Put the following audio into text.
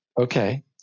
Okay